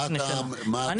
אוקי.